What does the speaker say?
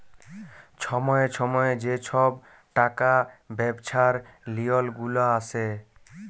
ছময়ে ছময়ে যে ছব টাকা ব্যবছার লিওল গুলা আসে